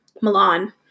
Milan